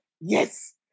Yes